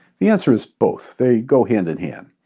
the answer is both. they go hand in hand.